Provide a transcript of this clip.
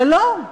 אבל לא.